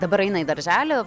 dabar eina į darželį